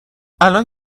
الان